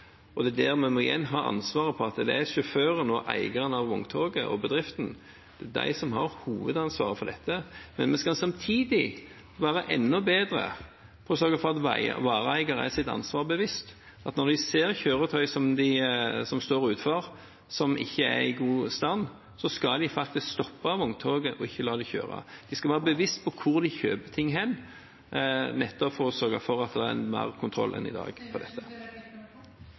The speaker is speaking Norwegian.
og det er der vi igjen må legge hovedansvaret for dette på sjåføren, på eieren av vogntoget, på bedriften. Vi skal samtidig være enda bedre i å sørge for at vareeiere er seg sitt ansvar bevisst. Når de ser et kjøretøy som står utenfor som ikke er i god stand, skal de faktisk stoppe vogntoget og ikke la det kjøre. De skal være bevisst på hvor de kjøper ting, nettopp for å sørge for at det er mer kontroll enn i dag.